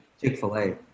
Chick-fil-A